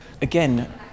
again